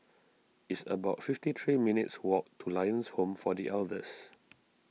it's about fifty three minutes' walk to Lions Home for the Elders